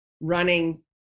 running